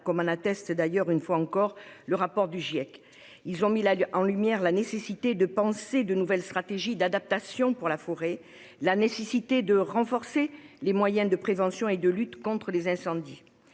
comme en atteste une fois encore le rapport du Giec. Ils ont mis en lumière la nécessité de penser de nouvelles stratégies d'adaptation pour la forêt et de renforcer les moyens de prévention et de lutte contre les incendies.